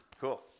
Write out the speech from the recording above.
Cool